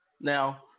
Now